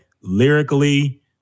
lyrically